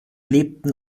lebten